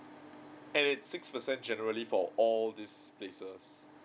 and six percent generally for all these places